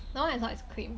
the one I saw is cream